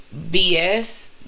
BS